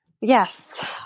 Yes